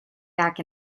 back